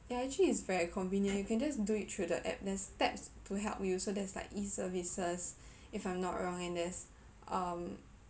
ya actually it's very convenient you can just do it through the app there's steps to help you so there's like E-services if I'm not wrong and there's um